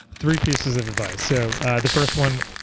three pieces of advice. so the first one,